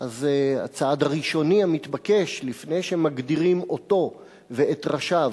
הצעד הראשוני המתבקש לפני שמגדירים אותו ואת ראשיו